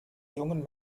jungen